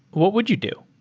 what would you do?